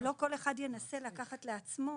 ולא כל אחד ינסה לקחת לעצמו,